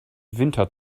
winter